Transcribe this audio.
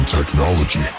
technology